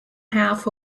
half